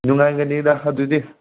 ꯅꯨꯡꯉꯥꯏꯒꯅꯤꯗ ꯑꯗꯨꯗꯤ